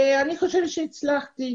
אני חושבת שהצלחתי.